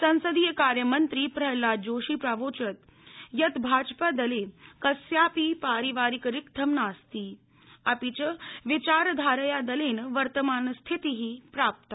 संसदीयकार्यमंन्त्री प्रह्नादजोशी प्रावोचत् यत् भाजपादलक्रिस्यापि पारिवारिक रिक्थं नास्ति अपि च विचारधारया दलक् वर्तमान स्थिति प्राप्ता